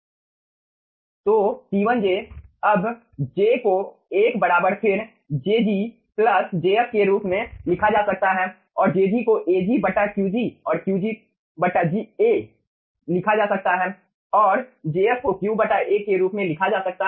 तो C1j अब j को एक बार फिर jg jf के रूप में लिखा जा सकता है और jg को Ag Qg और Qg A लिखा जा सकता है और jf को Q A के रूप में लिखा जा सकता है